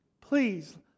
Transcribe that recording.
please